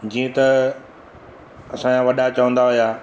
जीअं त असांजा वॾा चवंदा हुया